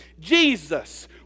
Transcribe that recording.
Jesus